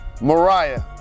Mariah